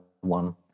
one